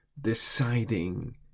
deciding